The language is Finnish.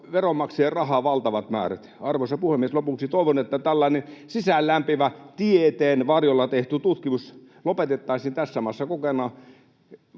veronmaksajien rahaa käytetään valtavat määrät. Arvoisa puhemies! Lopuksi toivon, että tällainen sisäänlämpiävä ”tieteen” varjolla tehty tutkimus lopetettaisiin tässä maassa kokonaan.